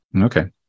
Okay